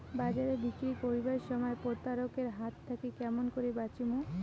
বাজারে বিক্রি করিবার সময় প্রতারক এর হাত থাকি কেমন করি বাঁচিমু?